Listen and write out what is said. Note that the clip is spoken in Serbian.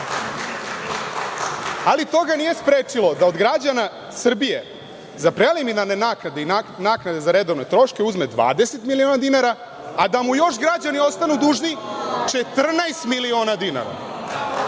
ali to ga nije sprečilo da od građana Srbije za preliminarne naknade i naknade za redovne troškove uzme 20 miliona dinara, a da mu još građani ostanu dužni 14 miliona dinara. Dakle,